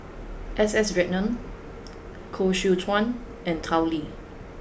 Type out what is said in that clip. S S Ratnam Koh Seow Chuan and Tao Li